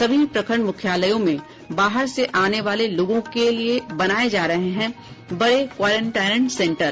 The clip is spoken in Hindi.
सभी प्रखंड मुख्यालयों में बाहर से आने वाले लोगों के लिए बनाये जा रहे हैं बड़े क्वारेंटाइन सेन्टर